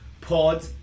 Pod